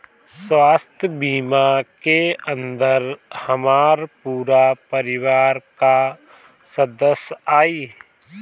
स्वास्थ्य बीमा के अंदर हमार पूरा परिवार का सदस्य आई?